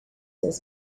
his